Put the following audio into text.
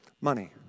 money